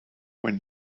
when